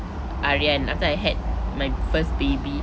aryan after I had my first baby